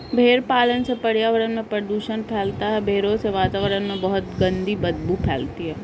भेड़ पालन से पर्यावरण में प्रदूषण फैलता है भेड़ों से वातावरण में बहुत गंदी बदबू फैलती है